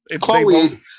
Chloe